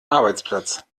arbeitsplatz